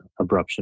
abruption